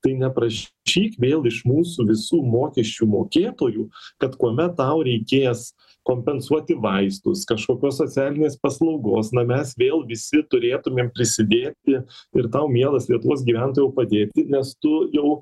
tai neprašyk vėl iš mūsų visų mokesčių mokėtojų kad kuomet tau reikės kompensuoti vaistus kažkokios socialinės paslaugos na mes vėl visi turėtumėm prisidėti ir tau mielas lietuvos gyventojau padėti nes tu jau